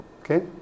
Okay